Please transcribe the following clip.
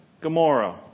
Gomorrah